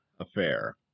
affair